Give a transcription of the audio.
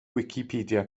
wicipedia